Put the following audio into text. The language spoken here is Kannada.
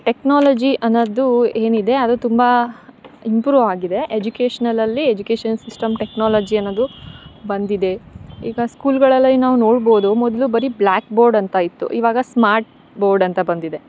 ಟೆಕ್ನಾಲಜಿ ಅನ್ನೋದು ಏನಿದೆ ಅದು ತುಂಬ ಇಂಪ್ರು ಆಗಿದೆ ಎಜುಕೇಶ್ನಲಲ್ಲಿ ಎಜುಕೇಶನ್ ಸಿಸ್ಟಮ್ ಟೆಕ್ನಾಲಜಿ ಅನ್ನೋದು ಬಂದಿದೆ ಈಗ ಸ್ಕೂಲ್ಗಳಲ್ಲಿ ನಾವು ನೋಡಬೋದು ಮೊದಲು ಬರಿ ಬ್ಲಾಕ್ ಬೋರ್ಡ್ ಅಂತ ಇತ್ತು ಇವಾಗ ಸ್ಮಾರ್ಟ್ ಬೋರ್ಡ್ ಅಂತ ಬಂದಿದೆ